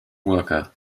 worker